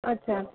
अच्छा